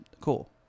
cool